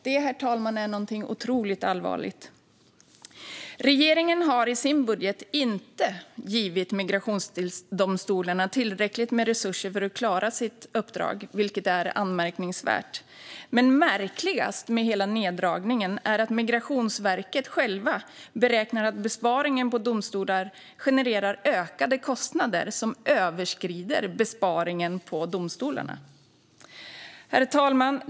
Detta, herr talman, är någonting otroligt allvarligt. Regeringen har i sin budget inte gett migrationsdomstolarna tillräckligt med resurser för att klara sitt uppdrag, vilket är anmärkningsvärt. Märkligaste med hela neddragningen är dock att Migrationsverket beräknar att besparingen på domstolar genererar ökade kostnader som överskrider besparingen på domstolarna. Herr talman!